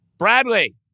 Bradley